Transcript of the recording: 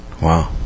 Wow